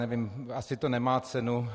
Nevím, asi to nemá cenu.